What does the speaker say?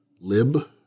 Lib